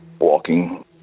walking